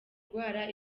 ndwara